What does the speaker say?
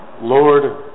Lord